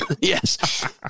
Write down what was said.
Yes